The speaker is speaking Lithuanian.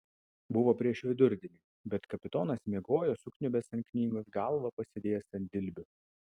buvo prieš vidurdienį bet kapitonas miegojo sukniubęs ant knygos galvą pasidėjęs ant dilbių